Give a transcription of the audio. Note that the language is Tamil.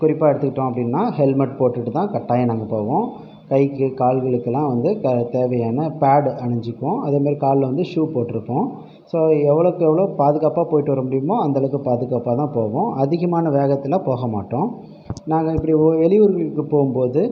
குறிப்பாக எடுத்துக்கிட்டோம் அப்படின்னா ஹெல்மட் போட்டுகிட்டு தான் கட்டாயம் நாங்கள் போவோம் கைக்கு கால்களுக்குலாம் வந்து இப்போ தேவையான பேடு அணிஞ்சுக்குவோம் அதேமாதிரி காலில் வந்து ஷூ போட்டுருப்போம் ஸோ அது எவ்வளோக்கு எவ்வளோ பாதுகாப்பாக போயிட்டு வர முடியுமோ அந்தளவுக்கு பாதுகாப்பாக தான் போவோம் அதிகமான வேகத்தில் போக மாட்டோம் நாங்கள் இப்படி வெளி ஊர்களுக்கு போகும் போது